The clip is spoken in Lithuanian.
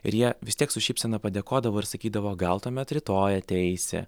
ir jie vis tiek su šypsena padėkodavo ir sakydavo gal tuomet rytoj ateisi